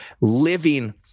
living